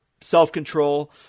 self-control